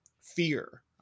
fear